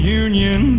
union